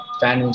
fan